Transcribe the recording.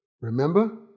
Remember